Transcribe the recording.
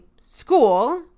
school